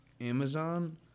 Amazon